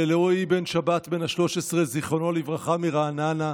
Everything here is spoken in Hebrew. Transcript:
לרועי בן שבת בן ה-13, זיכרונו לברכה, מרעננה,